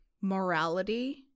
morality